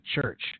church